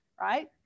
right